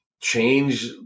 change